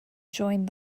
joined